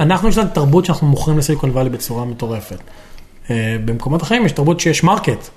אנחנו יש לנו תרבות שאנחנו מוכרים לסייקון וואלי בצורה מטורפת. במקומות אחרים יש תרבות שיש מרקט.